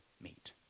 meet